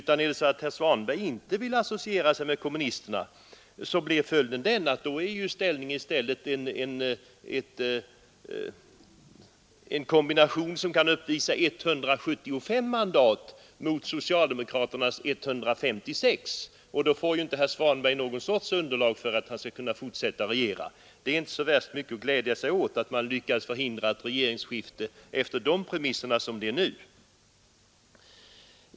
Om herr Svanberg inte vill associera sig med kommunisterna blir ställningen den att vi har en kombination som kan uppvisa 175 mandat mot socialdemokraternas 156, och då får inte herr Svanberg någon sorts underlag för att fortsätta att regera. Det är inte så värst mycket att glädja sig åt att man lyckats förhindra ett regeringsskifte med de premisser som nu föreligger.